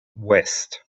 west